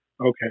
okay